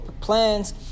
Plans